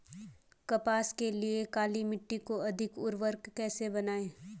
कपास के लिए काली मिट्टी को अधिक उर्वरक कैसे बनायें?